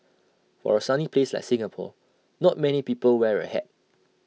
for A sunny place like Singapore not many people wear A hat